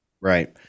Right